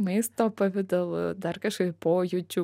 maisto pavidalu dar kažkaip pojūčiu